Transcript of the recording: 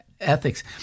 ethics